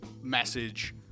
message